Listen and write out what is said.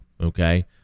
okay